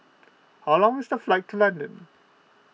how long is the flight to London